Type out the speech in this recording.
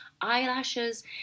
eyelashes